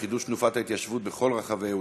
חידוש תנופת ההתיישבות בכל רחבי יהודה,